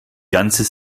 ganze